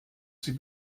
sie